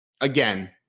again